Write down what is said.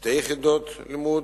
שתי יחידות לימוד.